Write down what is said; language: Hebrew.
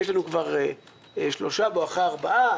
יש לנו כבר שלושה בואכה ארבעה.